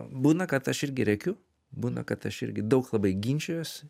būna kad aš irgi rėkiu būna kad aš irgi daug labai ginčijuosi